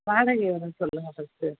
வாடகை எவ்வளோனு சொல்லுங்கள் ஃபஸ்ட்டு